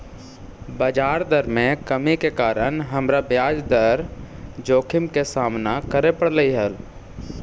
बजार दर में कमी के कारण हमरा ब्याज दर जोखिम के सामना करे पड़लई हल